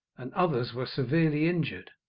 and others were severely injured.